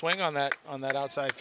swing on that on that outside